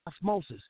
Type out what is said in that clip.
osmosis